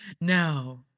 No